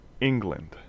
England